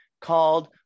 called